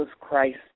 Christ